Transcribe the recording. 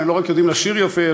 הם לא רק יודעים לשיר יפה,